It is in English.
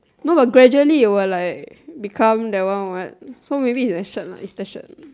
no lah gradually it will like become that one what so maybe it's the shirt lah it's the shirt